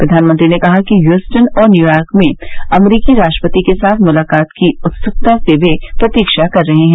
प्रधानमंत्री ने कहा कि वे ह्यूस्टन और न्यूयॉर्क में अमरीकी राष्ट्रपति के साथ मुलाकात की उत्सुकता के साथ प्रतीक्षा कर रहे हैं